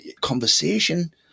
Conversation